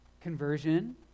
conversion